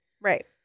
Right